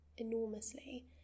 enormously